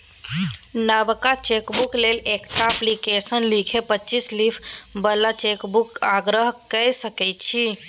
नबका चेकबुक लेल एकटा अप्लीकेशन लिखि पच्चीस लीफ बला चेकबुकक आग्रह कए सकै छी